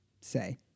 say